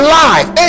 life